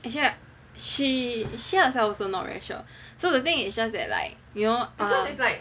actually like she herself also not very sure so the thing is just that like err